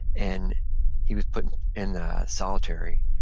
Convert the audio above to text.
and he was put and in solitary,